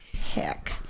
Heck